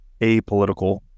apolitical